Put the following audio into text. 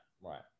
right